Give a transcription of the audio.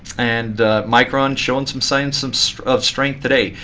and micron showing some signs some sort of strength today.